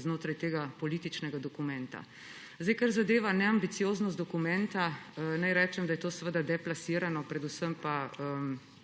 znotraj tega političnega dokumenta. Kar zadeva neambicioznost dokumenta, naj rečem, da je to deplasirano, predvsem pa